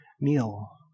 meal